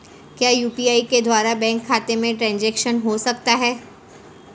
क्या यू.पी.आई के द्वारा बैंक खाते में ट्रैन्ज़ैक्शन हो सकता है?